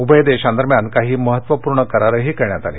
उभय देशांदरम्यान काही महत्वपूर्ण करारही करण्यात आले